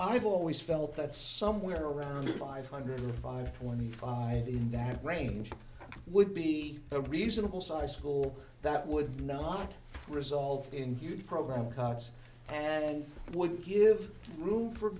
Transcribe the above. i've always felt that somewhere around five hundred five twenty five in that range would be a reasonable size school that would not result in huge program cuts and would give room for